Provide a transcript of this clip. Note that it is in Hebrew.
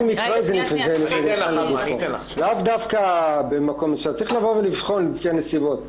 כל מקרה הוא לגופו צריך לבחון לפי הנסיבות.